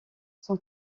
son